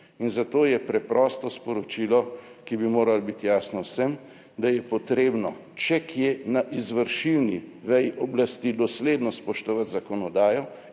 in zato je preprosto sporočilo, ki bi moralo biti jasno vsem, da je potrebno še kje na izvršilni veji oblasti dosledno spoštovati zakonodajo